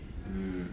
mm